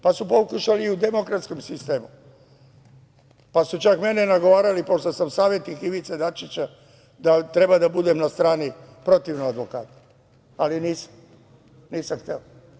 Pa su pokušali i u demokratskom sistemu, pa su čak mene nagovarali pošto sam savetnik Ivice Dačića da treba da budem na strani protiv advokata, ali nisam hteo.